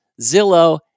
Zillow